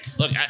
Look